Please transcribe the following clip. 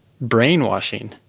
brainwashing